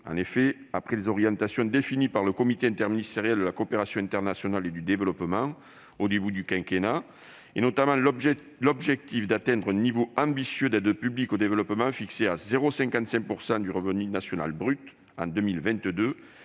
En effet, après les orientations définies par le comité interministériel de la coopération internationale et du développement (Cicid) au début du quinquennat, notamment l'objectif d'atteindre un niveau ambitieux d'aide publique au développement de 0,55 % du RNB en 2022,